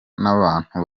n’abantu